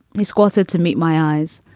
he squatted to meet my eyes,